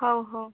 ହଉ ହଉ